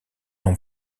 non